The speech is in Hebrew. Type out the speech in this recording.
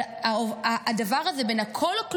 אבל הדבר הזה בין הכול או כלום,